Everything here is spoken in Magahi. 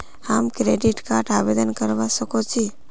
हम क्रेडिट कार्ड आवेदन करवा संकोची?